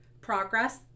progress